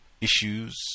issues